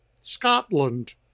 Scotland